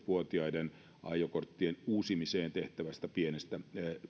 vuotiaiden ajokorttien uusimiseen tehtävästä pienestä